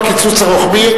"הקיצוץ הרוחבי",